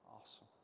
Awesome